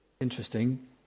Interesting